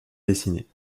dessinée